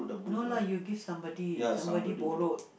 no lah you give somebody somebody borrowed